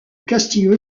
castillo